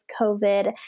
COVID